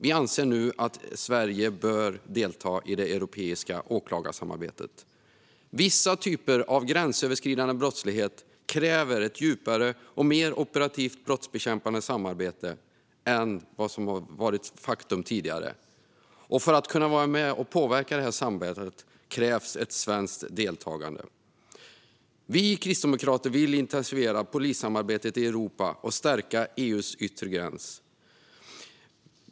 Vi anser nu att Sverige bör delta i det europeiska åklagarsamarbetet. Vissa typer av gränsöverskridande brottslighet kräver ett djupare och mer operativt brottsbekämpande samarbete än vad som har varit faktum tidigare. För att kunna vara med och påverka detta samarbete krävs ett svenskt deltagande. Vi kristdemokrater vill intensifiera polissamarbetet i Europa och stärka EU:s yttre gräns.